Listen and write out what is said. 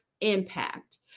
impact